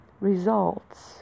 results